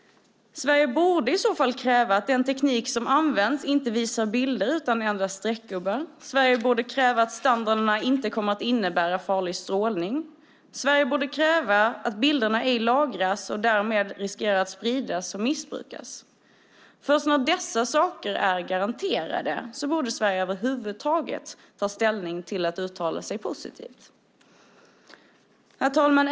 Sverige borde i så fall kräva att den teknik som används inte visar bilder utan endast streckgubbar. Sverige borde kräva att standarderna inte kommer att innebära farlig strålning. Sverige borde kräva att bilderna ej lagras och därmed riskerar att spridas och missbrukas. Först när dessa saker är garanterade borde Sverige ta ställning till att över huvud taget uttala sig positivt. Herr talman!